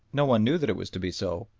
no one knew that it was to be so,